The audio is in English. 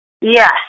Yes